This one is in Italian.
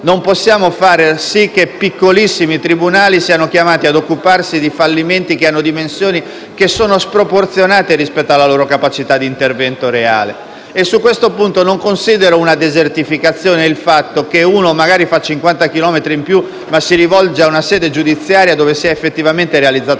Non possiamo far sì che piccolissimi tribunali siano chiamati ad occuparsi di fallimenti che hanno dimensioni sproporzionate rispetto alla loro capacità di intervento reale e su questo punto non considero una desertificazione il fatto che si debbano fare magari 50 chilometri in più per rivolgersi ad una sede giudiziaria dove vi sia effettivamente una